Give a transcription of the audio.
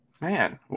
Man